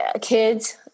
kids